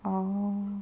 oh